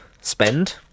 spend